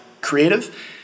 creative